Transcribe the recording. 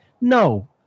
No